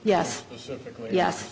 yes yes